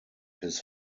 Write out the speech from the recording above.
his